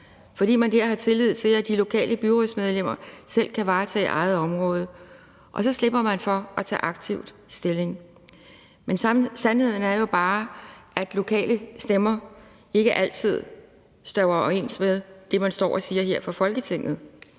fordi man har tillid til, at de lokale byrådsmedlemmer selv kan varetage eget område, og så slipper man for at tage aktivt stilling. Men sandheden er jo bare, at lokale stemmer ikke altid stemmer overens med det, man står og siger her i Folketinget,